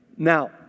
Now